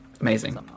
amazing